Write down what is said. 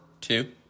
two